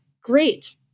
great